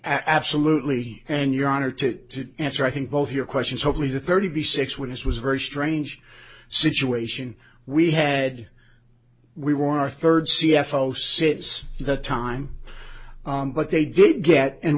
absolutely and your honor to answer i think both your questions hopefully the thirty six wins was very strange situation we had we were our third c f o since the time but they did get and